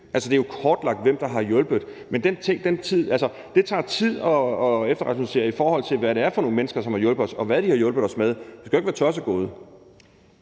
Det er jo kortlagt, hvem der har hjulpet, men den ting, den tid. Altså, det tager tid at efterrationalisere i forhold til, hvad det er for nogle mennesker, som har hjulpet os, og hvad de har hjulpet os med. Vi skal jo ikke være tossegode.